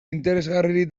interesgarririk